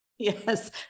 Yes